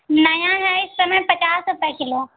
नया है इस समय पचास रुपया किलो